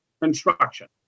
construction